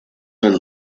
man